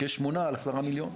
כי יש רק שמונה על עשרה מיליון.